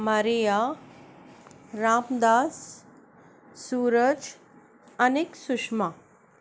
Maria Ramdas Suraj आनी सूषमा